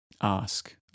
ask